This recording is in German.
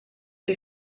die